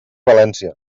valència